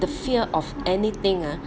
the fear of anything ah